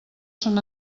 són